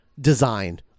design